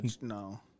No